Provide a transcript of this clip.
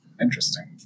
Interesting